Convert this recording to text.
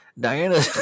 Diana